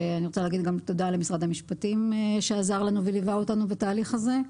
אני רוצה לומר תודה גם למשרד המשפטים שעזר לנו וליווה אותנו בתהליך הזה.